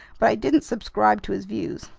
but i didn't subscribe to his views.